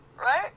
Right